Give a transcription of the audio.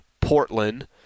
Portland